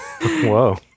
Whoa